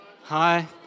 Hi